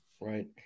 Right